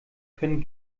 können